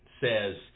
says